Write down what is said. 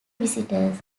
visitors